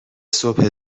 صبح